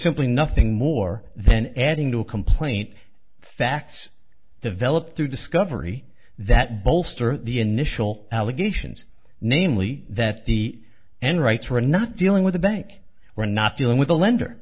simply nothing more than adding to a complaint fact developed through discovery that bolster the initial allegations namely that the n writes we're not dealing with a bank we're not dealing with a lender